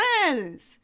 friends